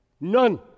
None